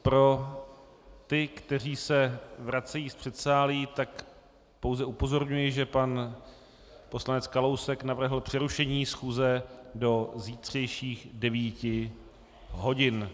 Pro ty, kteří se vracejí z předsálí, tak pouze upozorňuji, že pan poslanec Kalousek navrhl přerušení schůze do zítřejších 9 hodin.